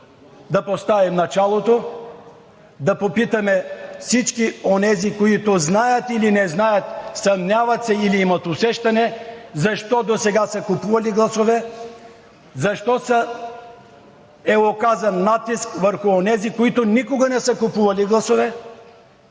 да поставим началото, да попитаме всички онези, които знаят или не знаят, съмняват се или имат усещане, защо досега са купували гласове, защо е оказан натиск върху онези, които никога не са купували гласове.